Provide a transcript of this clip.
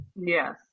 Yes